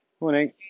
Morning